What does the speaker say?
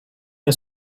nie